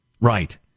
Right